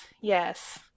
yes